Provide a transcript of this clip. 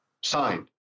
signed